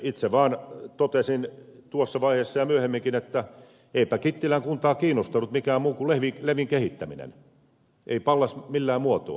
itse vaan totesin tuossa vaiheessa ja myöhemminkin että eipä kittilän kuntaa kiinnostanut mikään muu kuin levin kehittäminen ei pallas millään muotoa